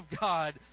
God